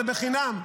זה בחינם.